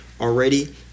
already